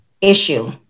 issue